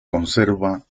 conserva